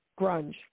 grunge